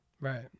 Right